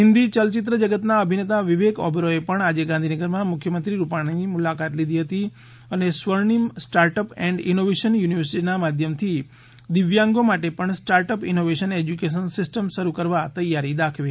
હિન્દી ચલચિત્ર જગતના અભિનેતા વિવેક ઓબેરોચે પણ આજે ગાંધીનગરમાં મુખ્યમંત્રી રૂપાણીની મુલાકાત લીધી હતી અને Swarnim start up and innovation યુનિવર્સિટીના માધ્યમથી દિવ્યાંગો માટે પણ સ્ટાર્ટઅપ ઇનોવેશન એજ્યુકેશન સિસ્ટમ શરૂ કરવા તૈયારી દાખવી હતી